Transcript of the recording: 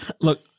Look